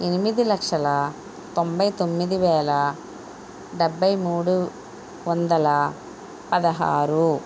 ఎనిమిది లక్షల తొంభై తొమ్మిది వేల డెబ్బై మూడు వందల పదహారు